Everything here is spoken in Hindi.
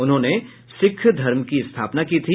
उन्होंने सिक्ख धर्म की स्थापना की थी